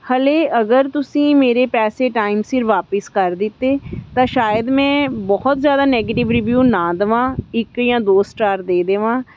ਹਾਲੇ ਅਗਰ ਤੁਸੀਂ ਮੇਰੇ ਪੈਸੇ ਟਾਈਮ ਸਿਰ ਵਾਪਸ ਕਰ ਦਿੱਤੇ ਤਾਂ ਸ਼ਾਇਦ ਮੈਂ ਬਹੁਤ ਜ਼ਿਆਦਾ ਨੈਗੇਟਿਵ ਰਿਵਿਊ ਨਾ ਦੇਵਾਂ ਇੱਕ ਜਾਂ ਦੋ ਸਟਾਰ ਦੇ ਦੇਵਾਂ